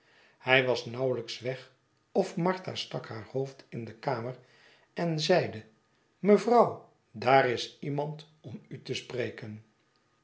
hij was nauwelijks weg of martha stak haar hoofd in de kamer en zeide mevrouw daar is iemand om u te spreken